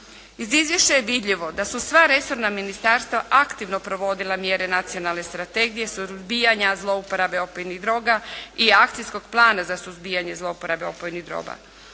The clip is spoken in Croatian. Iz izvješća je vidljivo da su sva resorna ministarstva aktivno provodila programe Nacionalne strategije suzbijanja zlouporabe opojnih droga i Akcijskog plana za suzbijanje zlouporabe opojnih droga.